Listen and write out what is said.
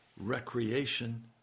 recreation